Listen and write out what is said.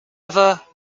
ever